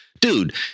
Dude